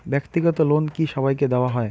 ব্যাক্তিগত লোন কি সবাইকে দেওয়া হয়?